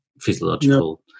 physiological